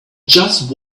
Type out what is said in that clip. just